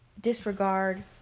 disregard